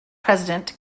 president